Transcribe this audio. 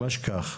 ממש כך.